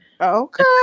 Okay